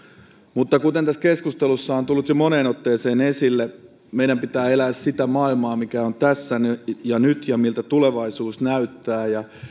mutta kuten tässä keskustelussa on on tullut jo moneen otteeseen esille meidän pitää elää sitä maailmaa mikä on tässä ja nyt ja miltä tulevaisuus näyttää